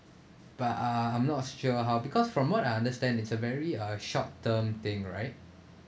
but uh I'm not sure how because from what I understand is a very uh short term thing right